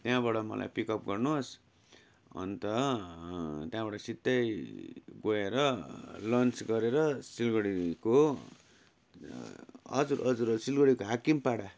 त्यहाँबाट मलाई पिकअप गर्नुहोस् अन्त त्यहाँबाट सिधै गएर लन्च गरेर सिलगढीको हजुर हजुर सिलगढीको हाकिमपाडा